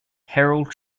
herald